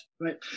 right